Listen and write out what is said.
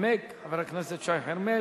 ינמק חבר הכנסת שי חרמש.